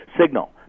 signal